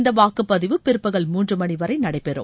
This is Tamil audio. இந்த வாக்குப்பதிவு பிற்பகல் மூன்று மணி வரை நடைபெறும்